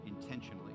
intentionally